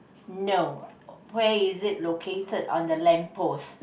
no where is it located on the lamp post